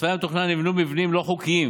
נבנו מבנים לא חוקיים